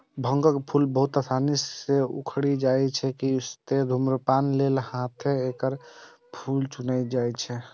भांगक फूल बहुत आसानी सं उखड़ि जाइ छै, तें धुम्रपान लेल हाथें सं एकर फूल चुनै छै